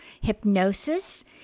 hypnosis